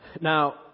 Now